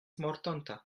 mortanta